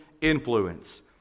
influence